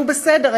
נו בסדר,